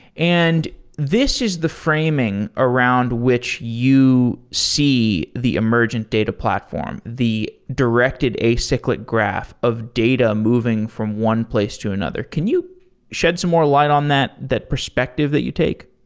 and this is the framing around which you see the emergent data platform, the directed acyclic graph of data moving from one place to another. can you shed some more light on that, that perspective that you take?